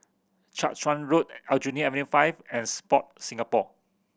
Jiak Chuan Road Aljunied Avenue Five and Sport Singapore